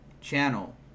channel